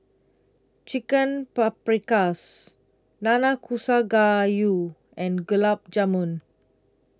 Chicken Paprikas Nanakusa Gayu and Gulab Jamun